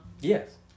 Yes